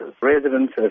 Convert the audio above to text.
Residents